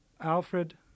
Alfred